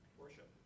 Worship